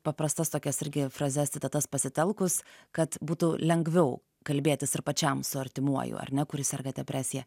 paprastas tokias irgi frazes citatas pasitelkus kad būtų lengviau kalbėtis ir pačiam su artimuoju ar ne kuris serga depresija